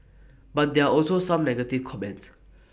but there also some negative comments